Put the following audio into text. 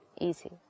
easy